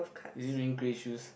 is it rain grey shoes